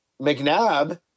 McNabb